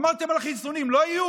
אמרתם על החיסונים: לא יהיו,